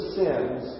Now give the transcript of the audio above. sins